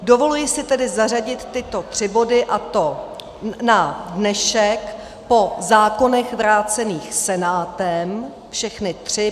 Dovoluji si tedy zařadit tyto tři body, a to na dnešek po zákonech vrácených Senátem, všechny tři.